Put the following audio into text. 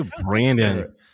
Brandon